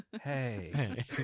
Hey